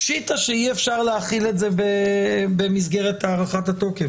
פשיטא שיהיה אפשר להחיל את זה במסגרת הארכת התוקף.